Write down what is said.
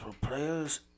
players